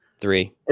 Three